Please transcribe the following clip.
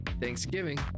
Thanksgiving